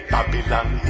Babylon